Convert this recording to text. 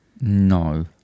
no